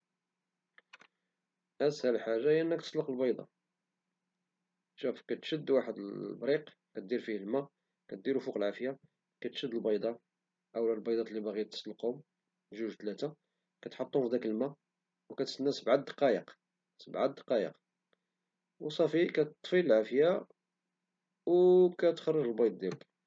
أسهل حاجة هي أنك تسلق البيضة، شوف كتشدواحد لبريق وكتعمل فيه الماء وكديرو فوق العافية ودير البيضة، او البيضات لي باغي تسلقهم، جوج ثلاثة، وكتحطهم في داك الماء وكتستنا سبعة دقايق، سبعة دقايق، وصافي كطفي العافية وكتخرج البيض ديالك.